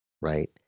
right